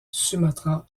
sumatra